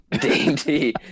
Dainty